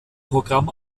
programm